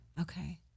okay